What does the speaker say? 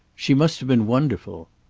she must have been wonderful.